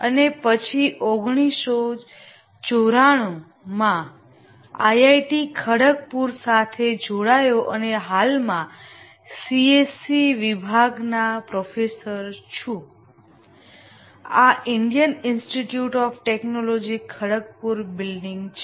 અને પછી 1994 માં આઈઆઈટી ખડગપુર સાથે જોડાયો અને હાલમાં સીએસઈ વિભાગના પ્રોફેસર છું આ Indian institute of technology Kharagpur building છે